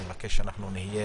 אני מבקש שאנחנו נהיה